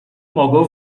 mogą